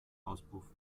auspuff